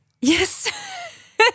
Yes